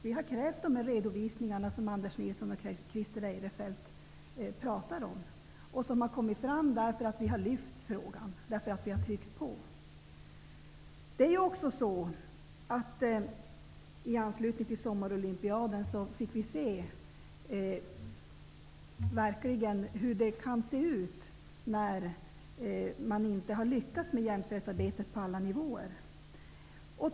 Vi har krävt att få de redovisningar som Anders Nilsson och Christer Eirefelt har talat om, och som har kommit fram därför att vi har lyft frågan och tryckt på. I anslutning till sommarolympiaden fick vi verkligen se hur det kan bli när man inte har lyckats med jämställdhetsarbetet på alla nivåer.